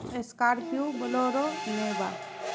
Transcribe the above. scorpio bolero Innova